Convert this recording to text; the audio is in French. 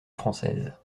française